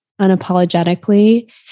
unapologetically